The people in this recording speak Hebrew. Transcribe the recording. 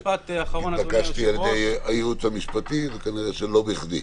התבקשתי על ידי הייעוץ המשפטי וכנראה שלא בכדי.